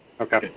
Okay